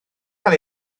cael